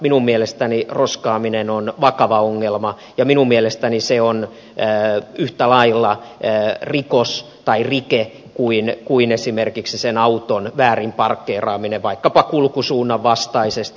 minun mielestäni roskaaminen on vakava ongelma ja minun mielestäni se on yhtä lailla rikos tai rike kuin esimerkiksi sen auton väärin parkkeeraaminen vaikkapa kulkusuunnan vastaisesti